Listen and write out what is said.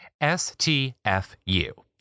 stfu